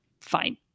Fine